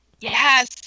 Yes